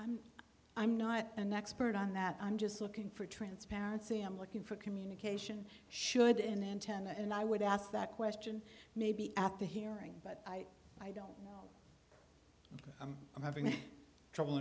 i'm i'm not an expert on that i'm just looking for transparency i'm looking for communication should an antenna and i would ask that question maybe at the hearing but i i don't know i'm i'm having trouble